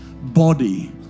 body